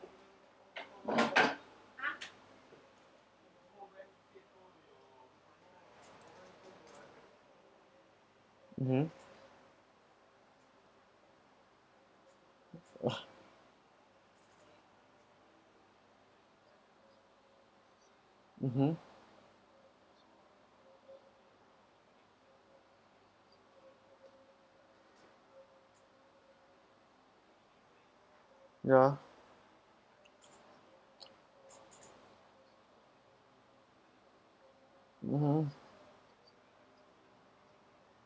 mmhmm mmhmm ya mmhmm